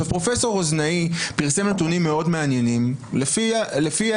פרופסור רוזנאי פרסם נתונים מאוד מעניינים שלפיהם